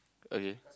okay